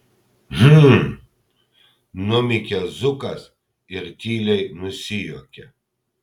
hm numykia zukas ir tyliai nusijuokia